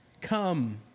come